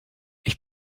ich